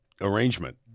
arrangement